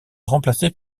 remplacé